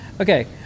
Okay